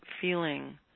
feeling